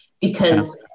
because-